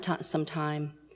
sometime